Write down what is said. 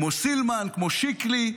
כמו סילמן, כמו שיקלי.